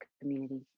community